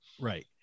Right